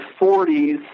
40s